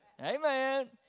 Amen